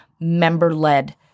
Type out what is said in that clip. member-led